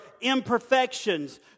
imperfections